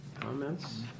Comments